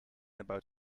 about